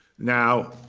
now,